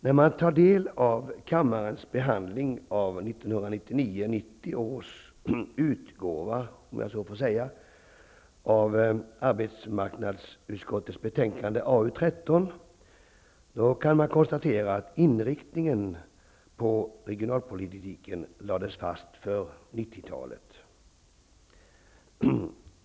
När man tar del av kammarens behandling av 1989/90 års urgåva av arbetsmarknadsutskottets betänkande AU13 kan man konstatera att inriktningen på regionalpolitiken där lades fast för 90-talet.